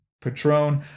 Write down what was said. Patron